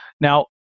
Now